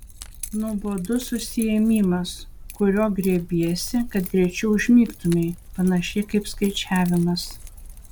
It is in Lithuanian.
nuobodus užsiėmimas kurio griebiesi kad greičiau užmigtumei panašiai kaip skaičiavimas